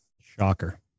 Shocker